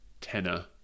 tenor